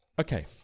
Okay